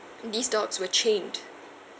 these dogs were chained